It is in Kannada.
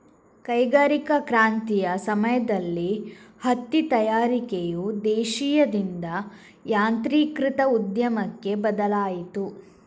ಕೈಗಾರಿಕಾ ಕ್ರಾಂತಿಯ ಸಮಯದಲ್ಲಿ ಹತ್ತಿ ತಯಾರಿಕೆಯು ದೇಶೀಯದಿಂದ ಯಾಂತ್ರೀಕೃತ ಉದ್ಯಮಕ್ಕೆ ಬದಲಾಯಿತು